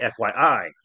FYI